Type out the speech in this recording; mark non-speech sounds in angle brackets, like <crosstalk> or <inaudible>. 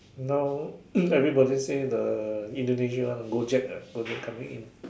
now <coughs> everybody say the Indonesia one Gojek ah Gojek coming in